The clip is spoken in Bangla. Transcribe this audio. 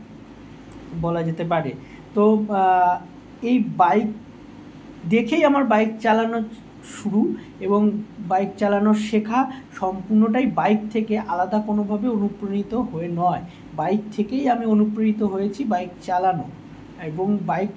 বলা যেতে পারে তো এই বাইক দেখেই আমার বাইক চালানো শুরু এবং বাইক চালানো শেখা সম্পূর্ণটাই বাইক থেকে আলাদা কোনোভাবে অনুপ্রেরিত হয়ে নয় বাইক থেকেই আমি অনুপ্রেরিত হয়েছি বাইক চালানো এবং বাইক